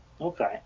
Okay